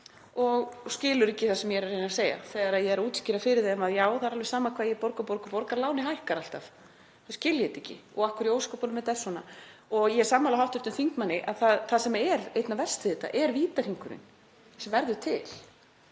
og skilur ekki það sem ég er að reyna að segja þegar ég er að útskýra þetta fyrir því: Já, það er alveg sama hvað ég borga og borga, lánið hækkar alltaf. Þau skilja þetta ekki og af hverju í ósköpunum þetta er svona. Ég er sammála hv. þingmanni að það sem er einna verst við þetta er vítahringurinn sem verður til.